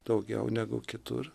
daugiau negu kitur